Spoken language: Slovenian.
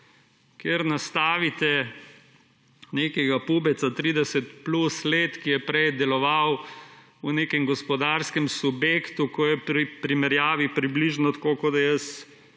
kjer nastavite nekega pubeca 30 plus let, ki je prej deloval v nekem gospodarskem subjektu, ko je pri primerjavi približno tako kot da jaz igram